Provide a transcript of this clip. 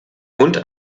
und